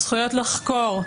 זכויות לחקור,